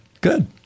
Good